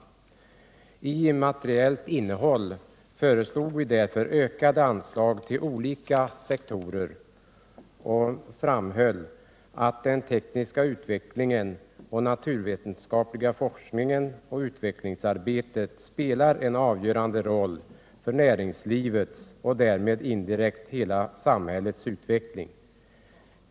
Vårt förslag innehöll materiellt sett ökade anslag till olika sektorer, och vi framhöll att den tekniska utvecklingen och det naturvetenskapliga forskningsoch utvecklingsarbetet spelar en avgörande roll för näringslivets och därmed indirekt för hela samhällets utveckling.